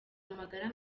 amagara